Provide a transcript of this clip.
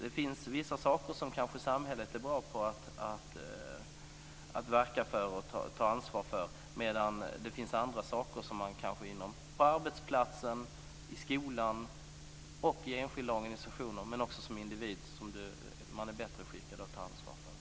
Det finns vissa saker som kanske samhället är bra på att verka för och ta ansvar för, medan det finns andra saker som man kanske på arbetsplatsen, i skolan och i enskilda organisationer, men också som individ, är bättre skickad att ta ansvar för.